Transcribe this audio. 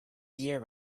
year